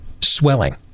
swelling